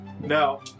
No